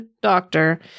doctor